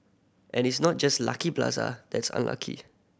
and it's not just Lucky Plaza that's unlucky